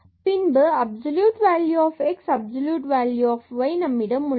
பின்பு absolute value of x absolute value of y நம்மிடம் உள்ளது